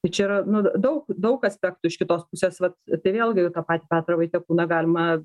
tai čia yra nu daug daug aspektų iš kitos pusės vat tai vėlgi ir tą patį petrą vaitiekūną galima